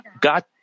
God